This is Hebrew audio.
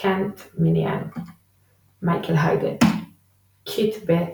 קנת מיניהאן מייקל היידן קית ב.